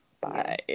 Bye